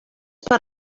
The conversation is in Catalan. per